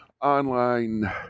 online